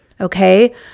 Okay